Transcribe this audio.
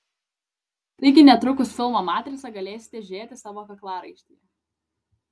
taigi netrukus filmą matrica galėsite žiūrėti savo kaklaraištyje